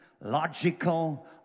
logical